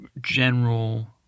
general